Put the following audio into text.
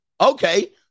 Okay